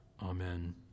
Amen